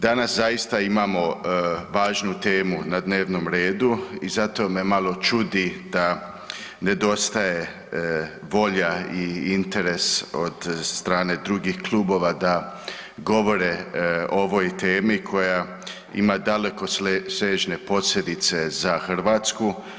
Danas zaista imamo važnu temu na dnevnom redu i zato me malo čudi da nedostaje volja i interes od strane drugih klubova da govore o ovoj temi koja ima dalekosežne posljedice za Hrvatsku.